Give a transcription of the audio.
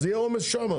אז יהיה עומס שם.